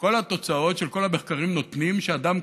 וכל התוצאות שהמחקרים נותנים הן שאדם,